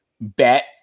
bet